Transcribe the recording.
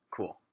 Cool